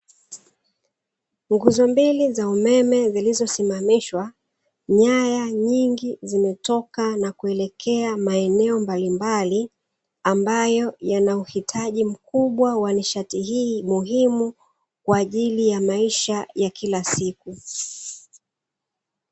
Nguzo mbili za umeme zilizosimamishwa, nyaya nyingi zimetoka na kuelekea maeneo mbalimbali, ambayo yana uhitaji mkubwa wa nishati hii muhimu, kwa ajili ya maisha ya kila siku.